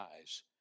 eyes